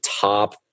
top